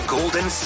Golden